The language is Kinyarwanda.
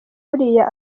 buriya